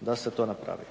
da se to napravi.